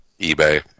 eBay